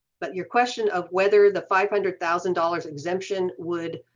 but your question of whether the five hundred thousand dollars exemption would